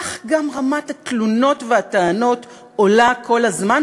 כך גם רמת התלונות והטענות עולה כל הזמן,